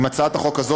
עם קבלת הצעת החוק הזאת,